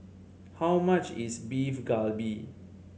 how much is Beef Galbi